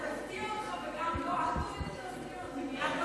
היא תפתיע אותך, וגם, לא, אל תוריד את האוזניות,